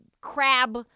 crab